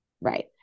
right